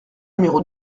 numéro